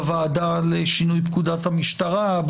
בוועדה לשינוי פקודת המשטרה,